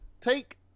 take